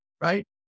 right